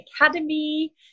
academy